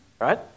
right